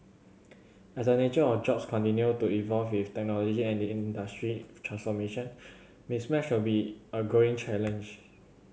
as the nature of jobs continue to evolve with technology and industry transformation mismatch will be a growing challenge